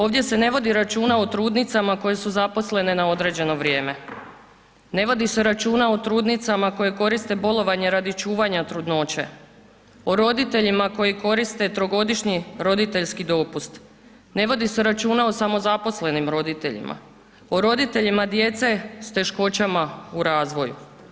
Ovdje se ne vodi računa o trudnicama koje su zaposlene na određeno vrijeme, ne vodi se računa o trudnicama koje koriste bolovanje radi čuvanja trudnoće, o roditeljima koji koriste trogodišnji roditeljski dopust, ne vodi se računa o samozaposlenim roditeljima, o roditeljima djece s teškoćama u razvoju.